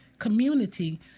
community